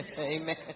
Amen